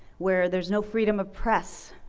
where there's no freedom of press,